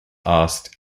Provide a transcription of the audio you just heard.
asked